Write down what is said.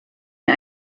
mir